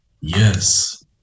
Yes